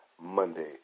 Monday